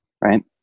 Right